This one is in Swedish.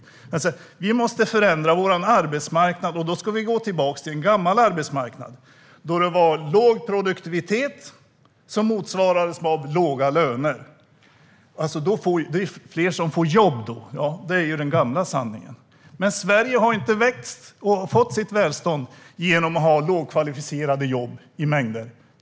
Ni säger att vi måste förändra vår arbetsmarknad, och då ska vi gå tillbaka till en gammal arbetsmarknad där det var låg produktivitet som motsvarades av låga löner. Det är fler som får jobb då. Det är den gamla sanningen. Men Sverige har inte vuxit och fått sitt välstånd genom att ha lågkvalificerade jobb i mängder.